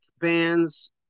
bands